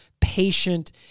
patient